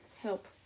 help